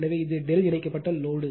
எனவே இது ∆ இணைக்கப்பட்ட லோடு